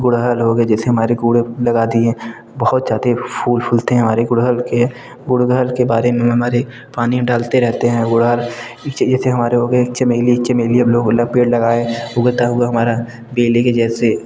गुड़हल हो गया जैसे हमारे लगा दिए बहुत ज़्यादा फूल फूलते हैं और ये गुड़हल के गुड़हल के बारे में हमारी पानी डालते रहते हैं गुड़हल चमेली चमेली हम लोग पेड़ लगाए उगता हुआ हमारा बेली के जैसे